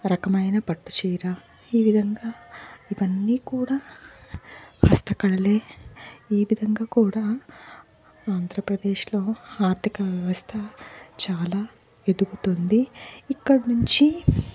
రకమైన పట్టు చీర ఈ విధంగా ఇవన్నీ కూడా హస్తకళలే ఈ విధంగా కూడా ఆంధ్రప్రదేశ్లో ఆర్థిక వ్యవస్థ చాలా ఎదుగుతుంది ఇక్కడి నుంచి